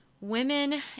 women